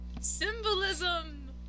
Symbolism